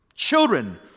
children